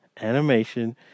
animation